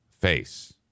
face